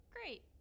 Great